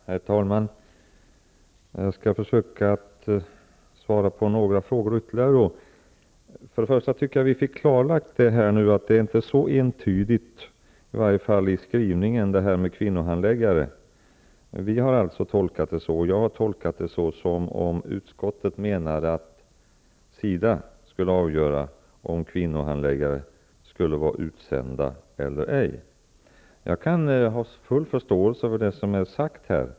Herr talman! Jag skall försöka att svara på ytterligare några frågor. Jag tycker att vi fick klarlagt att skrivningen om kvinnohandläggare inte var så entydig. Jag har tolkat att utskottet menade att SIDA skulle avgöra om kvinnohandläggare skulle vara utsända eller ej. Jag kan ha full förståelse för det som är sagt här.